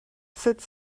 sept